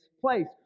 place